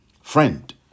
Friend